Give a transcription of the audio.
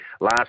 last